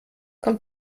kommt